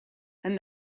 and